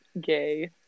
Gay